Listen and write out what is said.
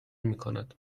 میکند